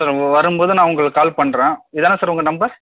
sir அங்கே வரும்போது உங்கள்க்கு கால் பண்ணுறேன் இதானே சார் உங்க நம்பர்